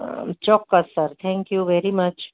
ચોક્કસ sir thank you very much